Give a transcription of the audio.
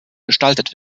gestaltet